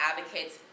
advocates